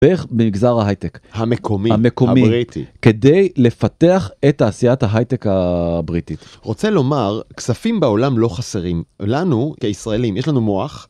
במגזר ההייטק המקומי המקומי כדי לפתח את תעשיית ההייטק הבריטית רוצה לומר כספים בעולם לא חסרים. לנו כישראלים יש לנו מוח.